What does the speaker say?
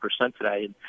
today